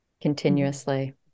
continuously